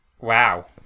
wow